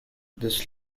this